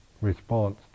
response